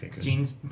Jean's